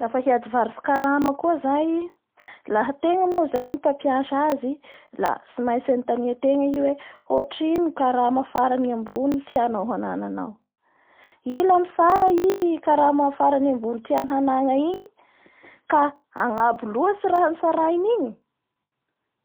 Lafa hiadivarotsy karama koa zay laha ategna moa zay ny mampiasa azy la tsy maintsy anotanianao io hoe hoatrino ny karama farany ambony tianao hanana, i la mitsara i karama farany ambony tiany hanana igny ka agnabo oatsy raha notsarainy igny